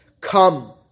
come